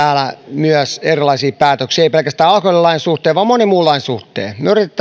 myös teemme täällä erilaisia päätöksiä emme pelkästään alkoholilain suhteen vaan monen muun lain suhteen me yritämme